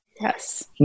Yes